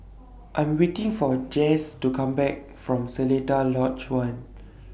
I'm waiting For Jase to Come Back from Seletar Lodge one